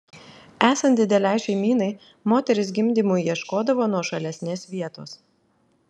esant didelei šeimynai moterys gimdymui ieškodavo nuošalesnės vietos